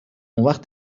اونوقت